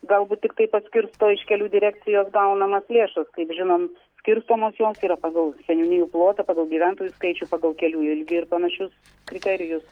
galbūt tiktai paskirsto iš kelių direkcijos gaunamas lėšas kaip žinom skirstomos jos yra pagal seniūnijų plotą pagal gyventojų skaičių pagal kelių ilgį ir panašius kriterijus